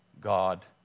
God